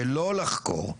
שלא לחקור.